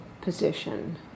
position